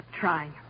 trying